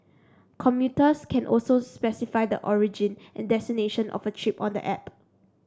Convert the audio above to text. commuters can also specify the origin and destination of a trip on the app